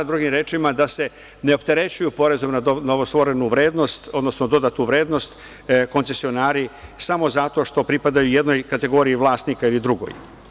Drugim rečima, da se ne opterećuju porezom na novostvorenu vrednost, odnosno dodatu vrednost, koncesionari samo zato što pripadaju jednoj kategoriji vlasnika ili drugoj.